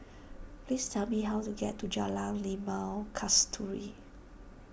please tell me how to get to Jalan Limau Kasturi